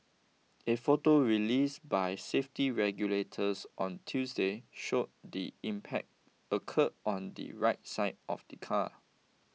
a photo released by safety regulators on Tuesday showed the impact occurred on the right side of the car